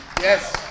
Yes